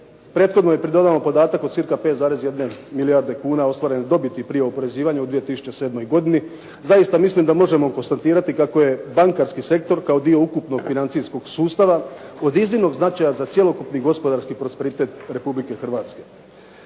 prethodno pridodamo podatak o cirka 5,1 milijarde kuna ostvarene dobiti prije oporezivanja u 2007. godini zaista mislim da možemo konstatirati kako je bankarski sektor kao dio ukupnog financijskog sustava od iznimnog značaja za cjelokupni gospodarski prosperitet Republike Hrvatske.